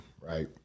right